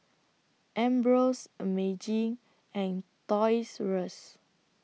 Ambros Meiji and Toys R US